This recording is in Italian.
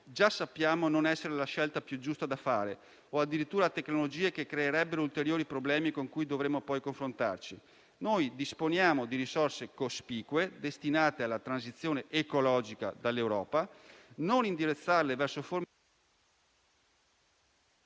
già sappiamo non essere la scelta più giusta da fare o addirittura a tecnologie che creerebbero ulteriori problemi con cui dovremmo poi confrontarci. Disponiamo di risorse cospicue, destinate alla transizione ecologica dall'Europa; non indirizzarle verso...